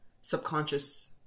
subconscious